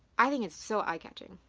i think it's so eye catching.